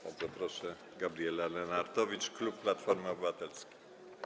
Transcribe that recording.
Bardzo proszę, Gabriela Lenartowicz, klub Platforma Obywatelska.